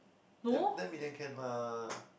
ten ten million can lah